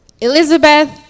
Elizabeth